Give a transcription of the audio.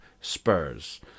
Spurs